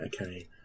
okay